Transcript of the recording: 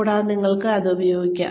കൂടാതെ നിങ്ങൾക്ക് അത് ഉപയോഗിക്കാം